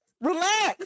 relax